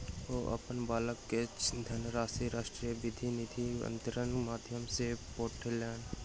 ओ अपन बालक के धनराशि राष्ट्रीय विद्युत निधि अन्तरण के माध्यम सॅ पठौलैन